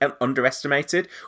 underestimated